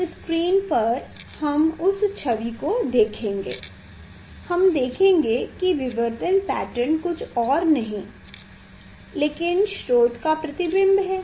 इस स्क्रीन पर हम उस छवि को देखेंगे हम देखेंगे कि विवर्तन पैटर्न कुछ और नहीं लेकिन स्रोत की का प्रतिबिंब है